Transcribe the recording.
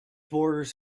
borders